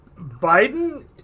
Biden